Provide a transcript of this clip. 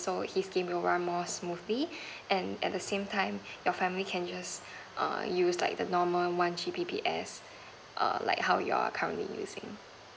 so his game will run more smoothly and at the same time your family can just err use like the normal one G_B_P_S err like how you're currently using